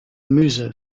musa